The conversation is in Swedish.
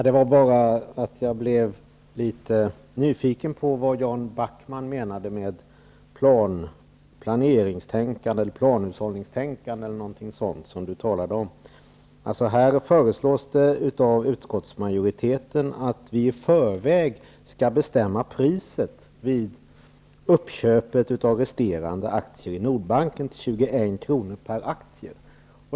Herr talman! Jag blev litet nyfiken på vad Jan Backman menade med det planeringstänkande eller planhushållningstänkande som han talade om. Här föreslår utskottsmajoriteten att vi i förväg skall bestämma priset vid uppköpet av resterande aktier i Nordbanken till 21 kr. per aktie.